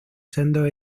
sendos